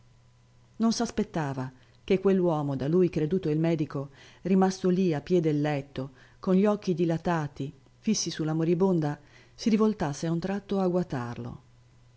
ajuto non s'aspettava che quell'uomo da lui creduto il medico rimasto lì a piè del letto con gli occhi dilatati fissi sulla moribonda si rivoltasse a un tratto a guatarlo